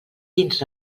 dins